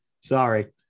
sorry